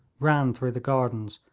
ran through the gardens,